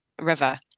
River